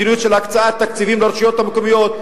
מדיניות של הקצאת תקציבים לרשויות מקומיות,